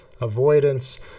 avoidance